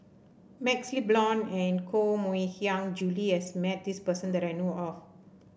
MaxLe Blond and Koh Mui Hiang Julie has met this person that I know of